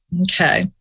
Okay